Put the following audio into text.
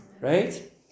right